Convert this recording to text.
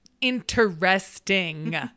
interesting